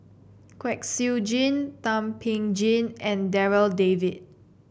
Kwek Siew Jin Thum Ping Tjin and Darryl David